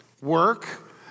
work